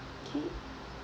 okay